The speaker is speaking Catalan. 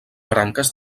branques